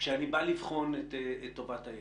כשאני בא לבחון את טובת הילד.